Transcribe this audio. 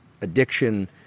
addiction